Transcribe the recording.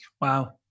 Wow